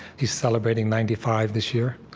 he's celebrating ninety five this year.